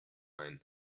ein